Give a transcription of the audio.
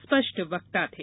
स्पष्ट वक्ता थे